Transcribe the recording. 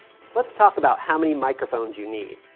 let's talk about how many microphones you need.